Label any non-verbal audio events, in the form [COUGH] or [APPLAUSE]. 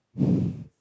[BREATH]